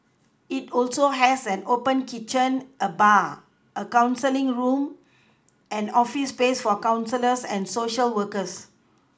it also has an open kitchen and bar a counselling room and office space for counsellors and Social workers